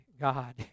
God